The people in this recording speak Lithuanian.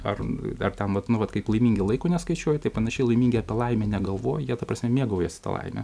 ar ar ten va nu vat kaip laimingi laiko neskaičiuoja tai panašiai laimingi apie laimę negalvoja jie ta prasme mėgaujasi ta laime